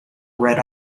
red